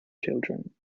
children